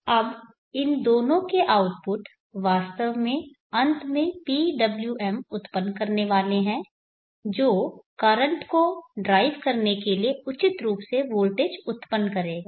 अब इन दोनों के आउटपुट वास्तव में अंत में PWM उत्पन्न करने वाले हैं जो करंट को ड्राइव करने के लिए उचित रूप से वोल्टेज उत्पन्न करेगा